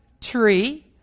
tree